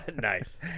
Nice